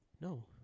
No